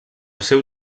seu